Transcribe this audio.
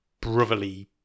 brotherly